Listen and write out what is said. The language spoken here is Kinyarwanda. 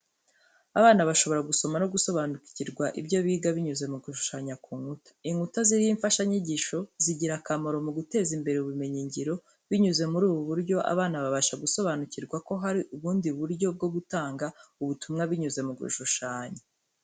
Abana bashobora gusoma no gusobanukirwa ibyo biga binyuze mu gushushanya ku nkuta. Inkuta ziriho imfashanyigisho, zigira akamaro mu guteza imbere ubumenyingiro, binyuze muri ubu buryo abana babasha gusobanukirwa ko hari ubundi buryo bwo gutanga ubutumwa binyuze mu gushushanya.